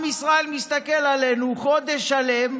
עם ישראל מסתכל עלינו חודש שלם,